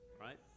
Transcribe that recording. right